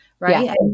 Right